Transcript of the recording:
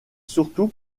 surtout